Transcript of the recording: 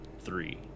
three